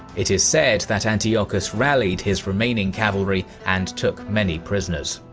it is said that antiochus rallied his remaining cavalry and took many prisoners.